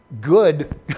good